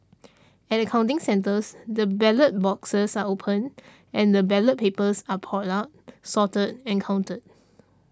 at the counting centres the ballot boxes are opened and the ballot papers are poured out sorted and counted